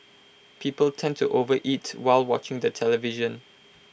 people tend to overeat while watching the television